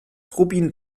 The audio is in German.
rubin